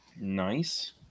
nice